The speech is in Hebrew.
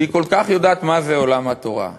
שהיא כל כך יודעת מה זה עולם התורה,